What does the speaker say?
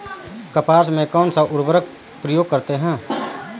कपास में कौनसा उर्वरक प्रयोग करते हैं?